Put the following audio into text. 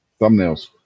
Thumbnails